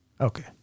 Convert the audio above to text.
okay